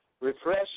Refresh